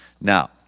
Now